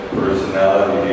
personality